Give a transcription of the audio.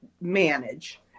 manage